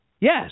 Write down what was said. Yes